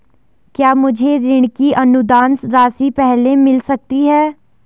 क्या मुझे ऋण की अनुदान राशि पहले मिल सकती है?